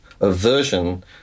aversion